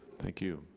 thank you.